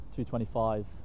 225